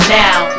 now